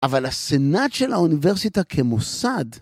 אבל הסנאט של האוניברסיטה כמוסד